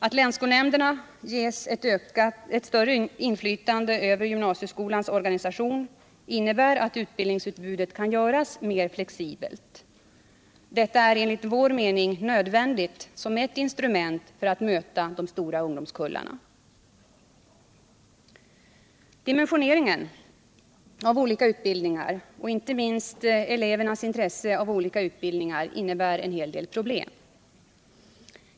Att länsskolnämnderna ges ett större inflytande över gymnasieskolans organisation innebär att utbildningsutbudet kan göras mer flexibelt. Detta är enligt vår mening nödvändigt som ett instrument för att möta de stora ungdomskullarna. Dimensioneringen av olika utbildningar, och inte minst elevernas intresse av olika utbildningar, innebär en hel del problem.